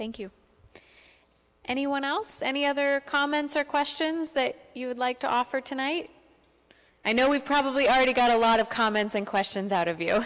thank you anyone else any other comments or questions that you would like to offer tonight i know we've probably already got a lot of comments and questions out of